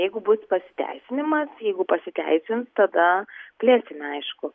jeigu bus pasiteisinimas jeigu pasiteisins tada plėsime aišku